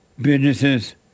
businesses